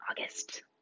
August